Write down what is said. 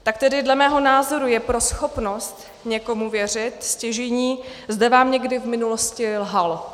Tak tedy dle mého názoru je pro schopnost někomu věřit stěžejní, zda vám někdy v minulosti lhal.